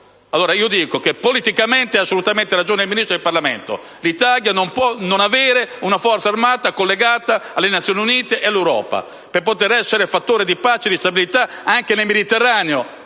di ragioni. Politicamente hanno assolutamente ragione il Ministro e il Parlamento: l'Italia non può non avere una forza armata collegata alle Nazioni Unite e all'Europa, per poter essere fattore di pace e di stabilità anche nel Mediterraneo.